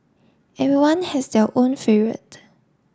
everyone has their own favourite